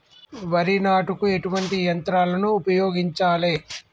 వరి నాటుకు ఎటువంటి యంత్రాలను ఉపయోగించాలే?